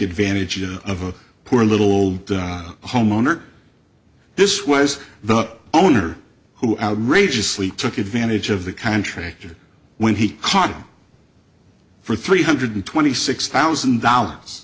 advantage of a poor little homeowner this was the owner who outrageously took advantage of the contractor when he caught for three hundred twenty six thousand dollars